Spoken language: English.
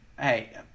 Hey